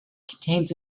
contains